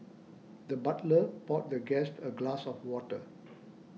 the butler poured the guest a glass of water